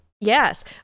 Yes